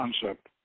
concept